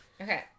Okay